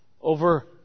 over